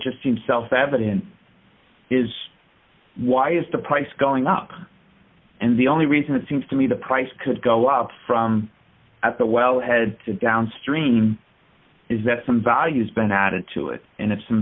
just seems self evident is why is the price going up and the only reason it seems to me the price could go up from at the well head down stream is that some values been added to it and its